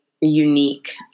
unique